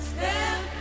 Step